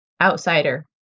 outsider